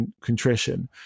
contrition